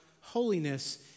holiness